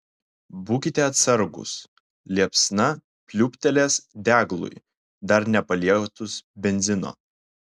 būkite atsargūs liepsna pliūptelės deglui dar nepalietus benzino